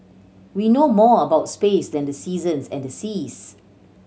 we know more about space than the seasons and the seas